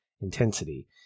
intensity